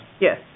Yes